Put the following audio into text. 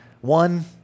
One